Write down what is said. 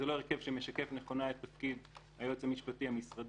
לא הרכב שמשקף נכונה את תפקיד היועץ המשפטי המשרדי.